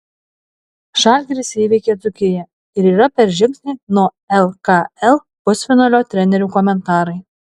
žalgiris įveikė dzūkiją ir yra per žingsnį nuo lkl pusfinalio trenerių komentarai